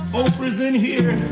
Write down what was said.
oprah's in here.